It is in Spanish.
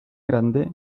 grande